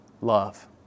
love